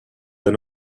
and